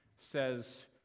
says